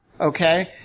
Okay